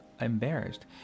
embarrassed